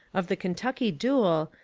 of the kentucky duel,